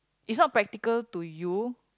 it's not practical to you